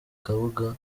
kabuga